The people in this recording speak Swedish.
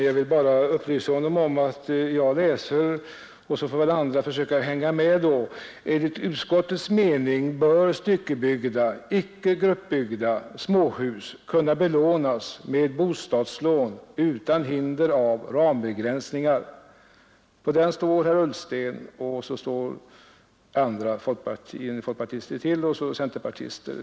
Jag vill bara upplysa honom om att jag läser innantill i reservationen 1 a: ”Enligt utskottets mening bör styckebyggda — icke gruppbyggda — småhus kunna belånas med bostadslån utan hinder av rambegränsningar.” För den reservationen står herr Ullsten och andra folkpartister och centerpartister.